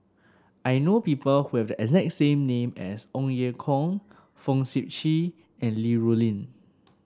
I know people who have the exact same name as Ong Ye Kung Fong Sip Chee and Li Rulin